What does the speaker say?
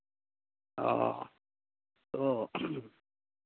आ ओ